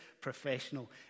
professional